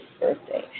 birthday